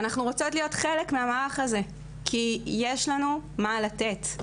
ואנחנו רוצות להיות חלק מהמהלך הזה כי יש לנו מה לתת.